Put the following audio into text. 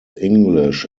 english